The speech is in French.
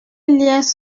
liens